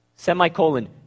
Semicolon